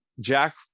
Jack